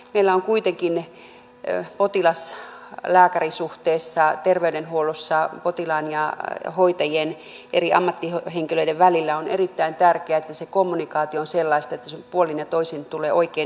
meillä on kuitenkin potilaslääkäri suhteessa terveydenhuollossa potilaan ja hoitajien eri ammattihenkilöiden välillä erittäin tärkeää että se kommunikaatio on sellaista että puolin ja toisin tulee oikein ymmärretyksi